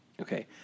Okay